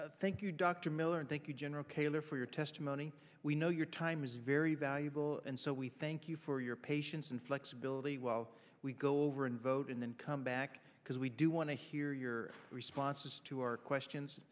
you thank you dr miller and thank you general kaylor for your testimony we know your time is very valuable and so we thank you for your patience and flexibility while we go over and vote and then come back because we do want to hear your responses to our questions